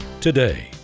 today